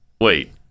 Wait